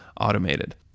automated